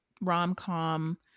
rom-com